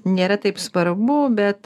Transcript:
nėra taip svarbu bet